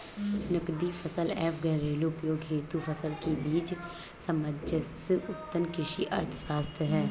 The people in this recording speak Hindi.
नकदी फसल एवं घरेलू उपभोग हेतु फसल के बीच सामंजस्य उत्तम कृषि अर्थशास्त्र है